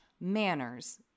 manners